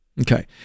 Okay